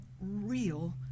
real